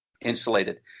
insulated